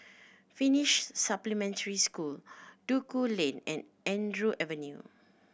Finnish Supplementary School Duku Lane and Andrew Avenue